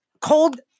cold